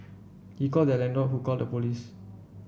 he called their landlord who called the police